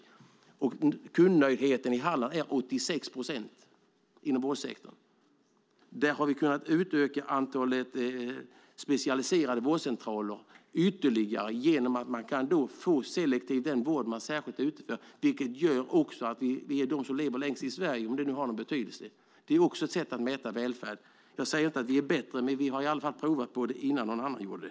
Kundnöjdheten inom vårdsektorn i Halland är 86 procent. Där har vi kunnat utöka antalet specialiserade vårdcentraler där vård kan utföras selektivt. Det gör att vi också är de som lever längst i Sverige, om det nu har någon betydelse. Det är också ett sätt att mäta välfärd. Jag säger inte att vi är bättre, men vi har i alla fall provat på detta innan någon annan gjorde det.